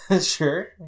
Sure